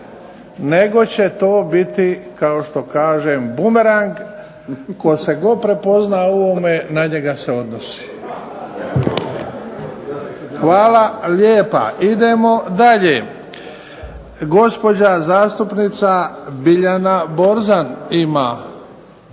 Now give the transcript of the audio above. nego će to biti kao što kažem bumerang, tko se god prepozna u ovome na njega se odnosi. Hvala lijepa. Idemo dalje. Gospođa zastupnica Biljana Borzan ima.